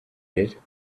did